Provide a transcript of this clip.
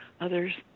others